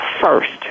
first